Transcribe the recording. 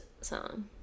song